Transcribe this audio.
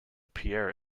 pierre